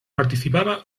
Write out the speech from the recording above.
participaba